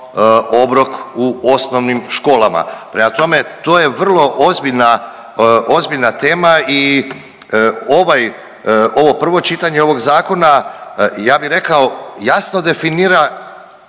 obrok u osnovnim školama. Prema tome to je vrlo ozbiljna, ozbiljna tema i ovaj, ovo prvo čitanje ovog zakona ja bi rekao jasno definira